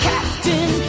Captain